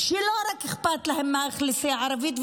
לא רק אלה שאכפת להם מהאוכלוסייה הערבית,